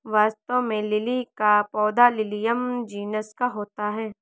वास्तव में लिली का पौधा लिलियम जिनस का होता है